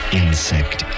insect